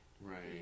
Right